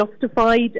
justified